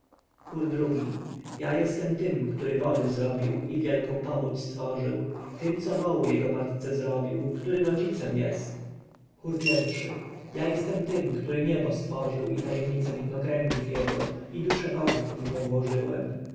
ii ja jestem tym który wody zrobił i wielką powódź stworzył tym co wołu jego matce zrobił który rodzicem jest chór i ja jestem tym który niebo stworzył i tajemnice widnokręgów jego i dusze bogów w nie włożyłem